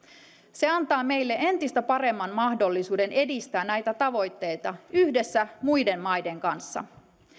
se antaa meille entistä paremman mahdollisuuden edistää näitä tavoitteita yhdessä muiden maiden kanssa